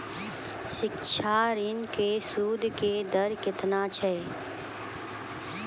शिक्षा ऋणो के सूदो के दर केतना छै?